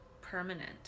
permanent